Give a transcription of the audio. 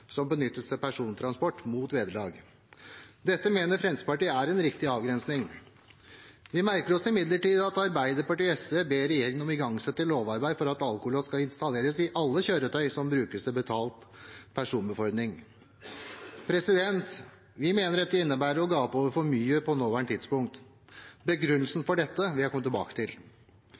som benyttes til persontransport mot vederlag. Dette mener Fremskrittspartiet er en riktig avgrensning. Vi merker oss imidlertid at Arbeiderpartiet og SV ber regjeringen om å igangsette lovarbeid for at alkolås skal installeres i alle kjøretøy som brukes til betalt personbefordring. Vi mener dette innebærer å gape over for mye på nåværende tidspunkt. Begrunnelsen for dette vil jeg komme tilbake til.